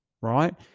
right